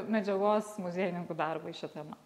medžiagos muziejininkų darbui šia tema